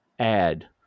Add